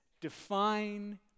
define